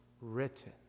written